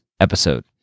episode